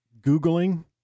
googling